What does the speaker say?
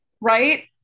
Right